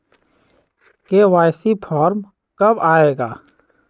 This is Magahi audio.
के.वाई.सी फॉर्म कब आए गा?